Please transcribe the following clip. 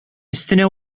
өстенә